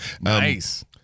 Nice